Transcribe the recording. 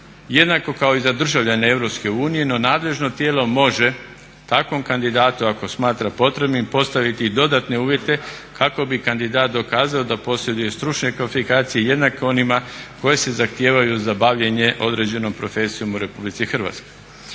jednako kako i za državljane EU no nadležno tijelo može takvom kandidatu ako smatra potrebnim postaviti i dodatne uvjete kako bi kandidat dokazao da posjeduje stručne kvalifikacije jednake onima koje se zahtijevaju za bavljenje određenom profesijom u RH. Ministarstvo